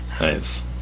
nice